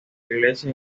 iglesia